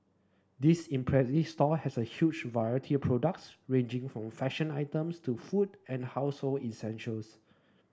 this impressive store has a huge variety of products ranging from fashion items to food and household essentials